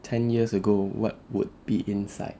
ten years ago what would be inside